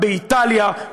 באיטליה,